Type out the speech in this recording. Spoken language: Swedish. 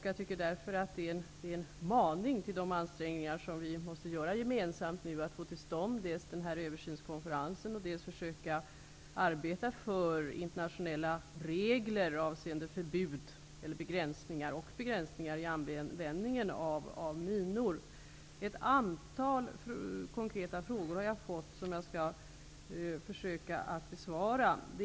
Jag tycker att det är en maning till gemensamma ansträngningar för att få till stånd dels en översynskonferens, dels internationella regler avseende förbud mot eller begränsningar i användningen av minor. Ett antal konkreta frågor har ställts till mig som jag skall försöka att besvara.